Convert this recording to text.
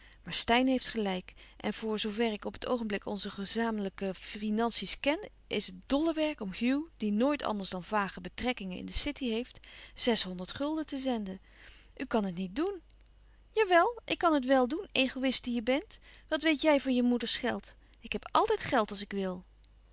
maar steyn heeft gelijk en voor zoo ver ik op het oogenblik onze gezamenlijke finanties ken is het dolle werk om hugh die nooit anders dan vage betrekkingen in de city heeft zeshonderd gulden te zenden u kan het niet doen ja wel ik kan het wel doen egoïst die je bent wat weet jij van je moeders geld ik heb altijd geld als ik wil